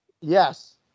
Yes